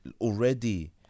already